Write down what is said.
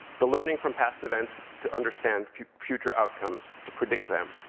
the learning from past events, to understand future future outcomes, to predict them.